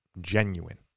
genuine